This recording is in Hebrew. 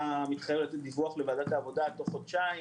מתחייב לתת דיווח לוועדת העבודה תוך חודשיים